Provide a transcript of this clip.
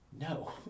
no